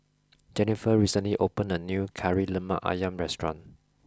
Jenniffer recently opened a new Kari Lemak Ayam restaurant